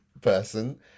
person